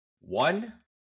One